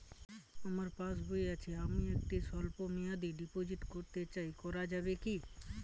আমার পাসবই আছে আমি একটি স্বল্পমেয়াদি ডিপোজিট করতে চাই করা যাবে কি?